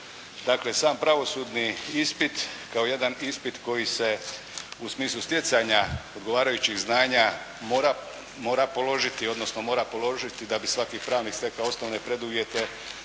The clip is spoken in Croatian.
Dakle sam pravosudni ispit kao jedan ispit koji se u smislu stjecanja odgovarajućih znanja mora položiti, odnosno mora položiti da bi svaki pravnik stekao osnovne preduvjete